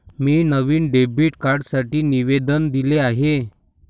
मी नवीन डेबिट कार्डसाठी निवेदन दिले आहे